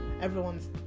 everyone's